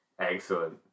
Excellent